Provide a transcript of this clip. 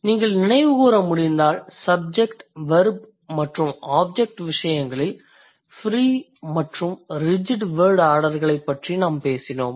நீங்கள் நினைவுகூர முடிந்தால் சப்ஜெக்ட் வெர்ப் மற்றும் ஆப்ஜெக்ட் விசயங்களில் ஃப்ரீ மற்றும் ரிஜிட் வேர்ட் ஆர்டர்களைப் பற்றி நாம் பேசினோம்